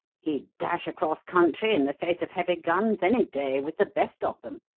he'd dash across country in the face of heavy guns any day with the best of them.